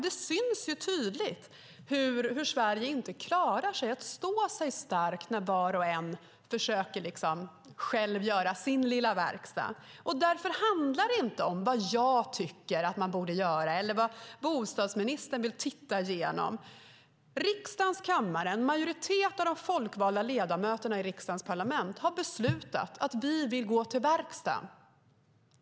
Det syns tydligt att Sverige inte klarar att stå starkt när var och en själv försöker göra sin egen lilla verkstad. Därför handlar det inte om vad jag tycker att man borde göra eller om vad bostadsministern vill se över. Riksdagens kammare, en majoritet av de folkvalda ledamöterna i riksdagen, har beslutat att vi vill gå till verkstad.